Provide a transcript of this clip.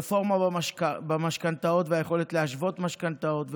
רפורמה במשכנתאות והיכולת להשוות משכנתאות,